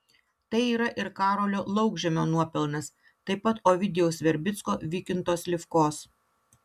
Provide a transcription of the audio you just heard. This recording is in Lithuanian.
tai yra ir karolio laukžemio nuopelnas taip pat ovidijaus verbicko vykinto slivkos